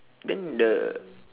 then the